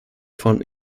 von